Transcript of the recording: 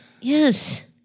Yes